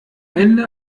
ende